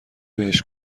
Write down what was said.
بهش